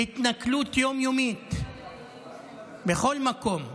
התנכלות יום-יומית בכל מקום,